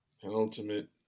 penultimate